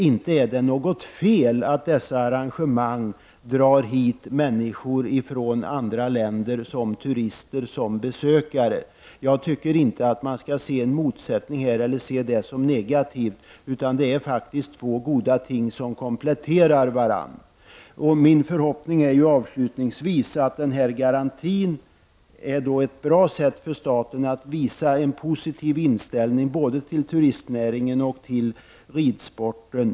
Inte är det något fel att dessa arrangemang drar hit människor ifrån andra länder som turister och besökare. Jag tycker inte att man skall se detta som en motsättning eller som något negativt. Det är faktiskt två goda ting som kompletterar varandra. Min förhoppning är att denna garanti är ett bra sätt för staten att visa en positiv inställning både till turistnäringen och till ridsporten.